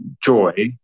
joy